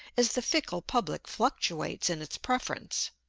as the fickle public fluctuates in its preference.